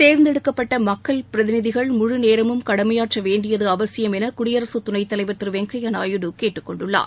தேர்ந்தெடுக்கப்பட்ட மக்கள் பிரதிநிதிகள் முழுநேரமும் கடமையாற்ற வேண்டியது அவசியம் என குடியரசு துணைத் தலைவர் திரு வெங்கய்ய நாயுடு கேட்டுக் கொண்டுள்ளார்